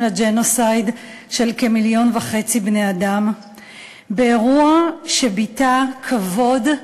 לג'נוסייד של כמיליון וחצי בני-אדם באירוע שביטא כבוד,